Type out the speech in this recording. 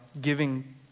giving